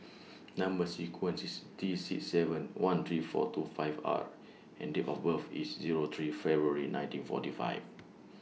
Number sequence IS T six seven one three four two five R and Date of birth IS Zero three February nineteen forty five